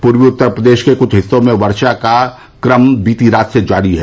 पूर्वी उत्तर प्रदेश के कुछ हिस्सों में वर्षो का क्रम बीती रात से जारी है